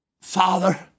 Father